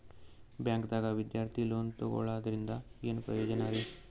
ಬ್ಯಾಂಕ್ದಾಗ ವಿದ್ಯಾರ್ಥಿ ಲೋನ್ ತೊಗೊಳದ್ರಿಂದ ಏನ್ ಪ್ರಯೋಜನ ರಿ?